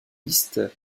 liste